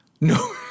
no